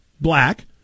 black